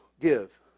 give